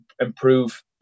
improve